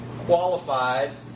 qualified